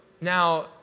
Now